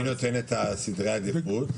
מי נותן את הסדרי עדיפות?